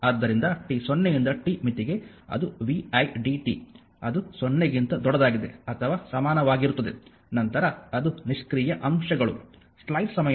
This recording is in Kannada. ಆದ್ದರಿಂದ t0 ಯಿಂದ t ಮಿತಿಗೆ ಅದು vidt ಅದು 0 ಗಿಂತ ದೊಡ್ಡದಾಗಿದೆ ಅಥವಾ ಸಮಾನವಾಗಿರುತ್ತದೆ ನಂತರ ಅದು ನಿಷ್ಕ್ರಿಯ ಅಂಶಗಳು